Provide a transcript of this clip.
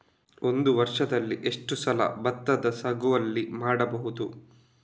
ಒಂದು ವರ್ಷದಲ್ಲಿ ಎಷ್ಟು ಸಲ ಭತ್ತದ ಸಾಗುವಳಿ ಮಾಡಬಹುದು?